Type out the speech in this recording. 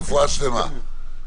רפואה שלמה.